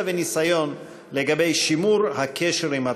וניסיון לגבי שימור הקשר עם התפוצות.